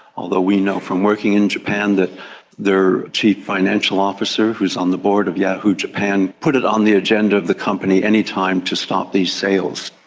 although we know from working in japan that their chief financial officer who is on the board of yahoo japan put it on the agenda of the company any time to stop these sales.